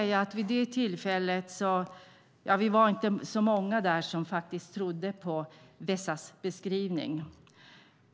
Vid det tillfället var vi faktiskt inte så många som trodde på Vesas beskrivning.